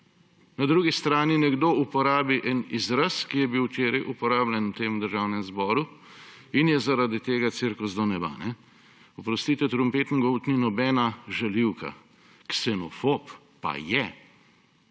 Na drugi strani nekdo uporabi en izraz, ki je bil včeraj uporabljen v tem državnem zboru, in je zaradi tega cirkus do neba. Oprostite, trompetengold ni nobena žaljivka, ksenofob pa je!